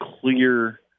clear